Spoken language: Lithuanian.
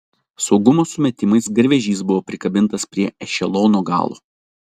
saugumo sumetimais garvežys buvo prikabintas prie ešelono galo